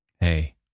Hey